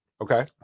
Okay